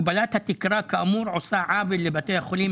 הגבלת התקרה עושה עוול לבתי החולים,